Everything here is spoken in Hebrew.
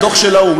דוח של האו"ם,